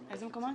איזה מקומות?